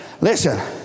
listen